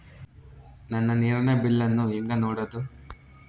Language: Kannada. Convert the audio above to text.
ನನ್ನ ನೇರಿನ ಬಿಲ್ಲನ್ನು ಹೆಂಗ ನೋಡದು?